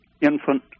infant